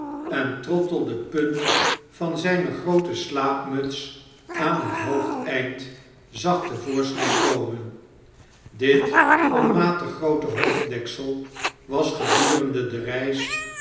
en trottle de punt van zijne groote slaapmuts aan het hoofdeneind zag te voorschyn komen dit onmatig groote hoofddeksel was gedurende de reis